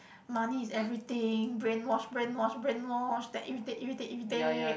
money is everything brainwash brainwash brainwash then irritate irritate irritate